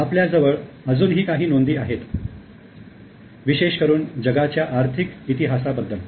आपल्याजवळ अजूनही काही नोंदी आहेत विशेषकरून जगाच्या आर्थिक इतिहासाबद्दल